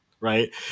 right